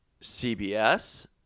CBS